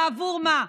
בעבור מה?